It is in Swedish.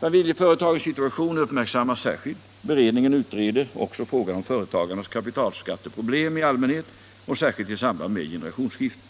Fa miljeföretagens situation uppmärksammas särskilt. Beredningen utreder också frågan om företagarnas kapitalskatteproblem i allmänhet och särskilt i samband med generationsskiften.